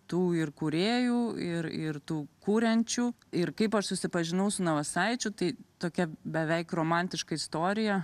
tų ir kūrėjų ir ir tų kuriančių ir kaip aš susipažinau su navasaičiu tai tokia beveik romantiška istorija